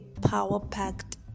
power-packed